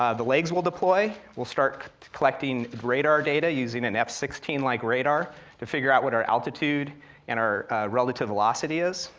um the legs will deploy, we'll start collecting radar data using an f sixteen like radar to figure out what our altitude and our relative velocity is.